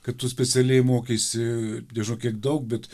kad tu specialiai mokeisi nežinau kiek daug bet